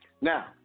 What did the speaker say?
Now